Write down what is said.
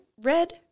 Red